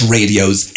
Radio's